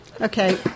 Okay